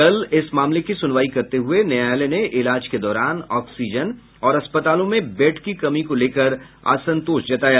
कल इस मामले की सुनवाई करते हुए न्यायालय ने इलाज के दौरान ऑक्सीजन और अस्पतालों में बेड की कमी को लेकर असंतोष जताया